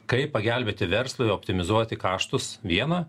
kaip pagelbėti verslui optimizuoti kaštus viena